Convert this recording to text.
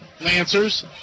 Lancers